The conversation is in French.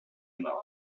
mort